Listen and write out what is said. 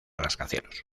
rascacielos